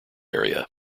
area